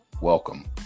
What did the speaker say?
Welcome